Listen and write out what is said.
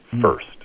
first